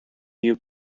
view